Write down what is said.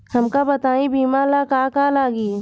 हमका बताई बीमा ला का का लागी?